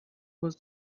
was